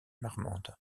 marmande